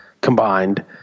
combined